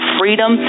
freedom